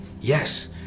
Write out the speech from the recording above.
Yes